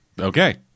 Okay